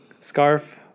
scarf